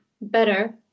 better